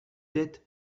dettes